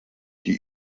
die